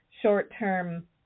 short-term